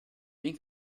den